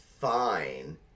fine